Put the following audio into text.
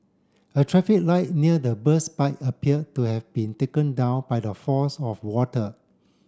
a traffic light near the burst pipe appear to have been taken down by the force of water